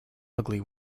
ugly